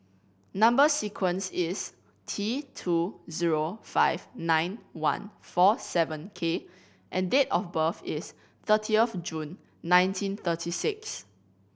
number sequence is T two zero five nine one four seven K and date of birth is thirty of June nineteen thirty six